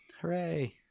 hooray